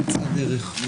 נמצא דרך.